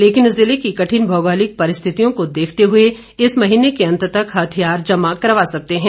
लेकिन जिले की कठिन भौगोलिक परिस्थितियों को देखते हुए इस महीने के अन्त तक हथियार जमा करवा सकते है